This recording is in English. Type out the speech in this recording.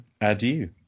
adieu